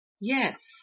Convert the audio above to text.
yes